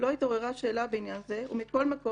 לא התעוררה שאלה בעניין זה ומכל מקום,